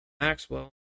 Maxwell